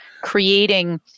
creating